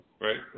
right